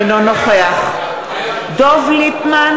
אינו נוכח דב ליפמן,